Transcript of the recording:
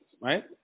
Right